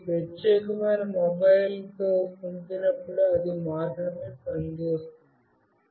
నేను ఈ ప్రత్యేకమైన మొబైల్తో పంపినప్పుడు అది మాత్రమే పని చేస్తుంది